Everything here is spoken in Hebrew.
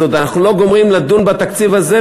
אז עוד אנחנו לא גומרים לדון בתקציב הזה,